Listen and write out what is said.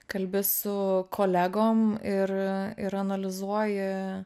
kalbi su kolegom ir ir analizuoji